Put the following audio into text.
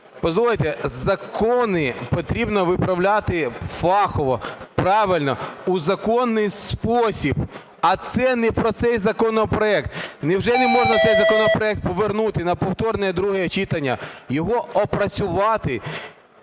Дозвольте, закони потрібно виправляти фахово, правильно, у законний спосіб. А це не про цей законопроект. Невже не можна цей законопроект повернути на повторне друге читання, його опрацювати,